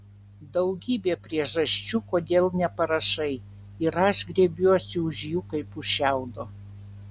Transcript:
daugybė priežasčių kodėl neparašai ir aš griebiuosi už jų kaip už šiaudo